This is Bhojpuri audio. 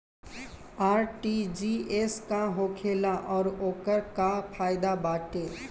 आर.टी.जी.एस का होखेला और ओकर का फाइदा बाटे?